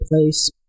place